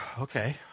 okay